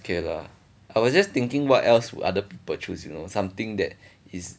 okay lah I was just thinking what else would other people choose you know something that is